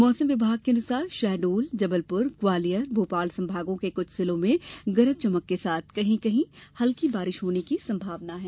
मौसम विभाग के अनुसार शहडोल जबलपुर ग्वालियर भोपाल संभागों के कुछ जिलों में गरज चमक के साथ कहीं कहीं हल्की बारिश होने की संभावना है